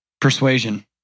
Persuasion